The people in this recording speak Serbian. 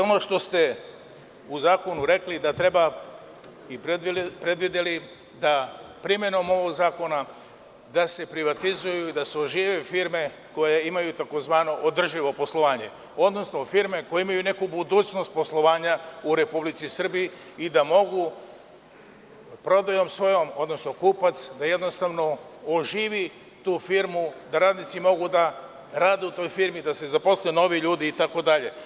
Ono što ste u zakonu rekli da treba primenom ovog zakona da se privatizuju i da se ožive firme koje imaju tzv. održivo poslovanje, odnosno firme koje imaju neku budućnost poslovanja u Republici Srbiji i da mogu svojom prodajom, odnosno kupac, da jednostavno on oživi tu firmu, da radnici mogu da rade u toj firmi, da se zaposle novi ljudi itd.